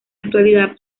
actualidad